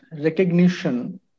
recognition